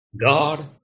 God